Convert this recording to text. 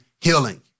healing